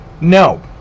no